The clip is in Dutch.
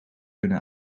kunnen